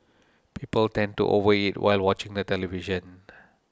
people tend to over eat while watching the television